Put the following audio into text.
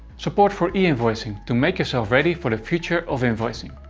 support for e-invoicing, to make yourself ready for the future of invoicing.